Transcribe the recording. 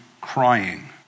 crying